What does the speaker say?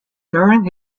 during